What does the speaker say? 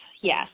Yes